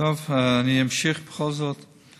טוב, אני אמשיך בכל זאת.